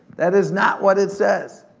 that is not what it says.